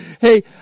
Hey